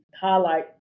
highlight